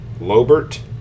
Lobert